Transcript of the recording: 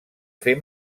fer